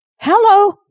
hello